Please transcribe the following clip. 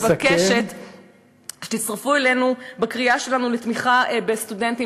-- אני מבקשת שתצטרפו אלינו בקריאה שלנו לתמיכה בסטודנטים,